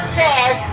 says